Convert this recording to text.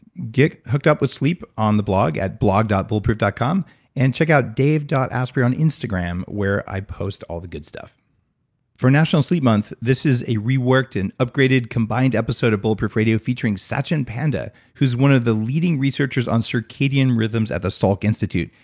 get hooked up with sleep on the blog at blog bulletproof dot com and check out dave asprey on instagram, where i post all the good stuff for national sleep month, this is a reworked and upgraded, combined episode of bulletproof radio featuring satchin panda, who's one of the leading researchers on circadian rhythms at the salk institute.